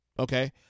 Okay